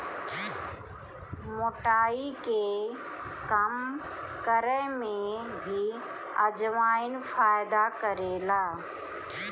मोटाई के कम करे में भी अजवाईन फायदा करेला